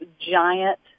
giant